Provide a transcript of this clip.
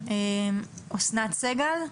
אסנת סגל?